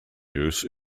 use